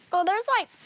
oh, there's, like,